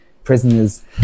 Prisoners